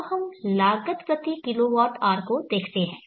अब हम लागतkWH को देखते हैं